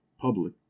public